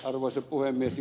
arvoisa puhemies